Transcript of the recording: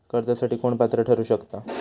कर्जासाठी कोण पात्र ठरु शकता?